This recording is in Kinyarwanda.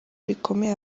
rikomeye